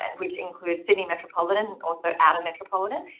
which includes sydney metropolitan and also outern metropolitan,